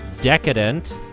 Decadent